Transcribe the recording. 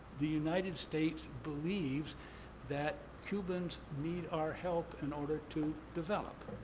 the united states believes that cubans need our help in order to develop.